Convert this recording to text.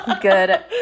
Good